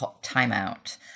timeout